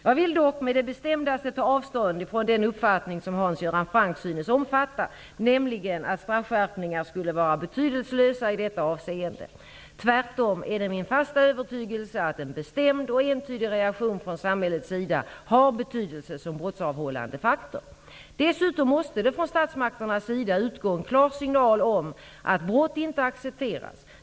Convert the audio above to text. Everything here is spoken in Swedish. Jag vill dock på det bestämdaste ta avstånd ifrån den uppfattning som Hans Göran Franck synes omfatta, nämligen att straffskärpningar skulle vara betydelselösa i detta avseende. Tvärtom är det min fasta övertygelse att en bestämd och entydig reaktion från samhällets sida har betydelse som brottsavhållande faktor. Dessutom måste det från statsmakternas sida utgå en klar signal om att brott inte accepteras.